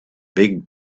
big